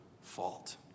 fault